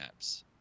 apps